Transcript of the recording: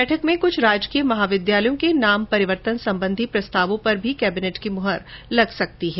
बैठक में कुछ राजकीय महाविद्यालयों के नाम परिवर्तन संबंधी प्रस्तावों पर भी कैबिनेट की मुहर लग सकती है